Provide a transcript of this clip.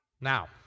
Now